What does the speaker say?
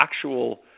actual